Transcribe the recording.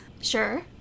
Sure